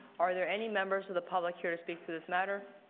are there any members of the public here to speak to this matter?